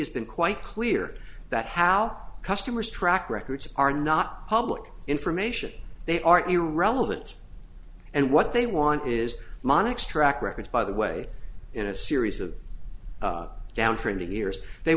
has been quite clear that how customers track records are not public information they are irrelevant and what they want is monica's track record by the way in a series of down twenty years they